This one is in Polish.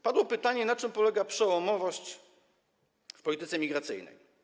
Padło pytanie, na czym polega przełomowość w polityce migracyjnej.